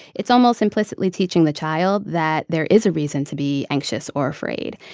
it's almost implicitly teaching the child that there is a reason to be anxious or afraid.